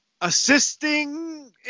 assisting